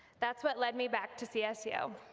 that's what led me back to csu,